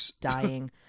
dying